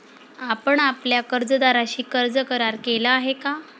आपण आपल्या कर्जदाराशी कर्ज करार केला आहे का?